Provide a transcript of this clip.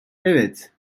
evet